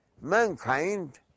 mankind